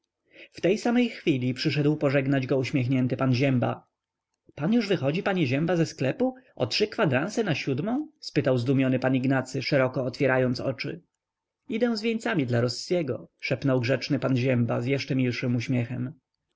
w tej samej chwili przyszedł pożegnać go uśmiechnięty pan zięba pan już wychodzi panie zięba ze sklepu o trzy kwadranse na siódmą spytał zdumiony pan ignacy szeroko otwierając oczy idę z wieńcami dla rossiego szepnął grzeczny pan zięba z jeszcze milszym uśmiechem